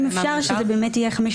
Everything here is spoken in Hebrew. אם אפשר שזה יהיה 15 בפברואר.